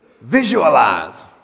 Visualize